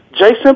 Jason